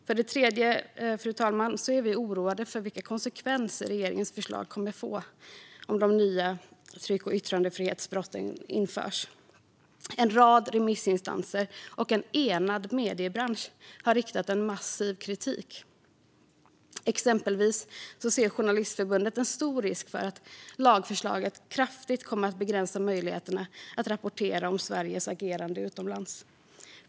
För det tredje, fru talman, är vi oroade över vilka konsekvenser det kommer att få om regeringens förslag om de nya tryck och yttrandefrihetsbrotten införs. En rad remissinstanser och en enad mediebransch har riktat en massiv kritik. Exempelvis ser Journalistförbundet en stor risk för att lagförslaget kraftigt kommer att begränsa möjligheterna att rapportera om Sveriges agerande utomlands.